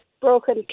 broken